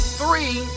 three